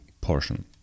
portion